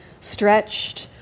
stretched